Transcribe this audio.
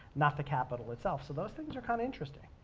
not the capital itself, so those things are kind of interesting.